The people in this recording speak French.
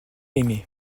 aimé